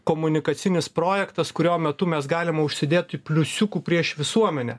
komunikacinis projektas kurio metu mes galime užsidėti pliusiukų prieš visuomenę